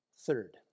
Third